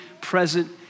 present